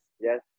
yes